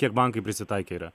kiek bankai prisitaikę yra